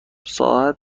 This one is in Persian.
ساعت